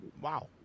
wow